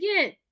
again